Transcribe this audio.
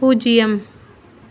பூஜ்ஜியம்